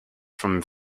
from